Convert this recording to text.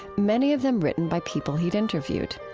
many of them written by people he'd interviewed.